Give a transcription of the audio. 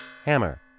hammer